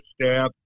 staff